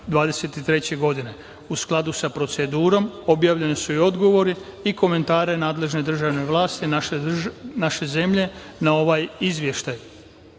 skladu sa procedurom objavljene su i odgovori ko komentari nadležne državne vlasti naše zemlje na ovaj izveštaj. Vezano